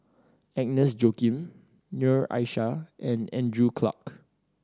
Agnes Joaquim Noor Aishah and Andrew Clarke